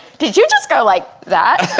did you just go like that